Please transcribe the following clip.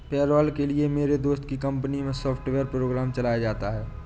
payroll के लिए मेरे दोस्त की कंपनी मै सॉफ्टवेयर प्रोग्राम चलाया जाता है